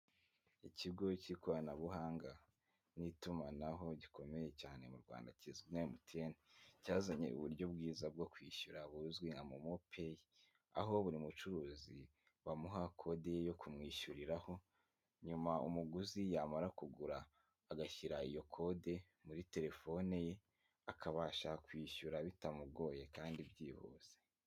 Ikigo cy'ikoranabuhanga n'itumanaho gikomeye cyane mu Rwanda kizwi nka MTN, cyazanye uburyo bwiza bwo kwishyura buzwi nka momo peyi, aho buri mucuruzi bamuha kode ye yo kumwishyuriraho, nyuma umuguzi yamara kugura agashyira iyo kode muri terefone ye, akabasha kwishyura bitamugoye kandi byihuse.